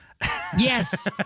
Yes